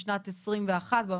בשנת 2021 --- לא.